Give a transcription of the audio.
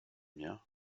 mien